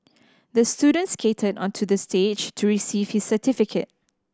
the student skated onto the stage to receive his certificate